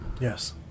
Yes